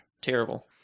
terrible